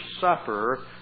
suffer